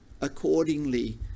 accordingly